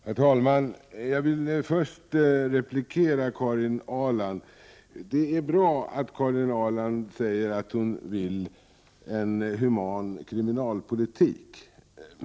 Herr talman! Jag vill först replikera Karin Ahrland. Det är bra att hon säger att hon vill ha en human kriminalpolitik.